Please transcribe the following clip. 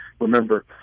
remember